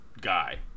guy